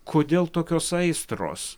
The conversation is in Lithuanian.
kodėl tokios aistros